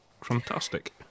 fantastic